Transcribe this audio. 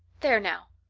there now,